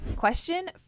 Question